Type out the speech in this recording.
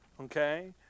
Okay